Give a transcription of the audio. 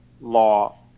law